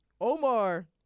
Omar